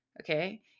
Okay